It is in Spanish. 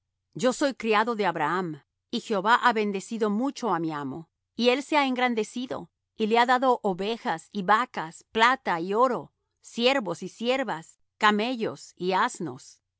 yo soy criado de abraham y jehová ha bendecido mucho á mi amo y él se ha engrandecido y le ha dado ovejas y vacas plata y oro siervos y siervas camellos y asnos